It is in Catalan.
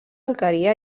alqueria